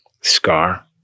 Scar